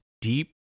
deep